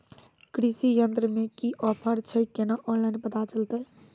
कृषि यंत्र मे की ऑफर छै केना ऑनलाइन पता चलतै?